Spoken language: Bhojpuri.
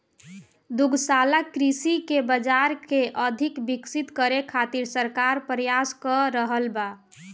दुग्धशाला कृषि के बाजार के अधिक विकसित करे खातिर सरकार प्रयास क रहल बा